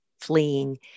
fleeing